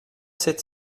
sept